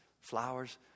flowers